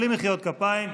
בלי מחיאות כפיים,